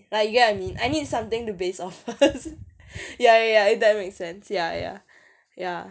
like you get what I mean I need something to base off ya ya ya if that makes sense ya ya ya